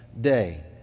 day